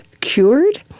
cured